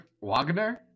Wagner